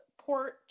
Port